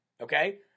okay